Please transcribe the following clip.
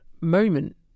moment